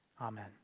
Amen